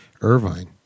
Irvine